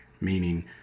meaning